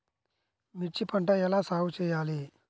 మిర్చి పంట ఎలా సాగు చేయాలి?